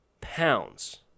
pounds